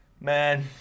Man